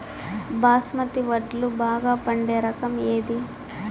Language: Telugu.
బాస్మతి వడ్లు బాగా పండే రకం ఏది